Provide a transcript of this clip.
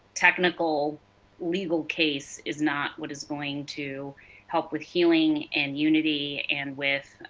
technical legal case is not what is going to help with healing and unity, and with